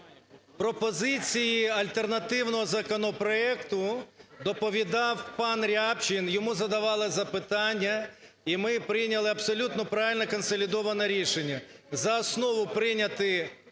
пропозиції альтернативного законопроекту доповідав панРябчин, йому задавали запитання. І ми прийняли абсолютно правильне, консолідоване рішення: за основу прийняти